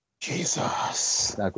Jesus